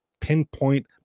pinpoint